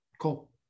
Cool